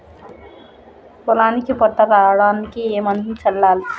పొలానికి పొట్ట రావడానికి ఏ మందును చల్లాలి?